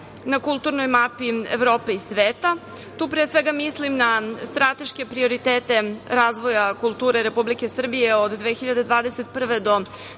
na kulturnoj mapi Evrope i sveta. Tu, pre svega, mislim na strateške prioritete razvoja kulture Republike Srbije od 2021. do 2025.